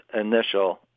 initial